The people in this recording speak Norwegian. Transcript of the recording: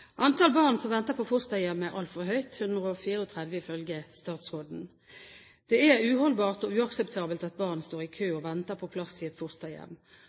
Antall barn som venter på fosterhjem, er altfor høyt – 164, ifølge statsråden. Det er uholdbart og uakseptabelt at barn står i kø og venter på plass i et fosterhjem.